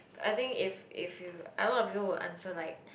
I think if if you a lot of people will answer like